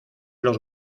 los